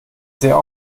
sehr